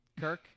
Kirk